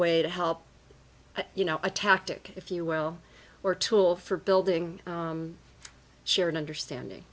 way to help you know a tactic if you will or tool for building shared understanding